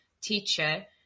teacher